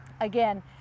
again